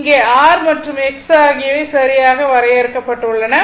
இங்கே R மற்றும் X ஆகியவை சரியாக வரையறுக்கப்பட்டுள்ளன